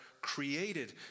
created